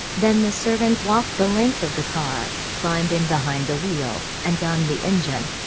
then the servant walked the length of the car, climbed in behind the wheel, and gunned the engine.